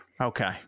Okay